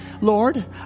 lord